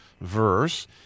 verse